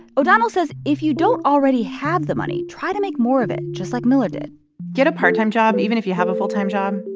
o'donnell says if you don't already have the money, try to make more of it, just like miller did get a part-time job even if you have a full-time job.